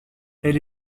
elle